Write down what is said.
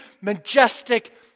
majestic